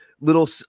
little